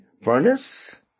furnace